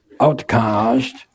outcast